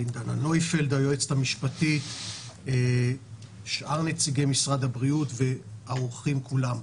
דנה נויפלד היועצת המשפטית ושאר נציגי משרד הבריאות והאורחים כולם.